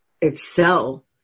excel